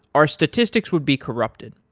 our statistics would be corrupted.